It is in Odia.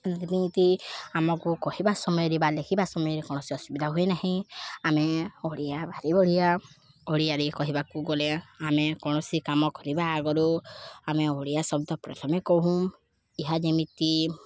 ଯେମିତି ଆମକୁ କହିବା ସମୟରେ ବା ଲେଖିବା ସମୟରେ କୌଣସି ଅସୁବିଧା ହୁଏ ନାହିଁ ଆମେ ଓଡ଼ିଆ ଭାରି ବଢ଼ିଆ ଓଡ଼ିଆରେ କହିବାକୁ ଗଲେ ଆମେ କୌଣସି କାମ କରିବା ଆଗରୁ ଆମେ ଓଡ଼ିଆ ଶବ୍ଦ ପ୍ରଥମେ କହୁଁ ଏହା ଯେମିତି